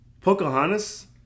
Pocahontas